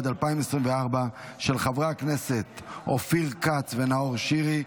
נוכחים.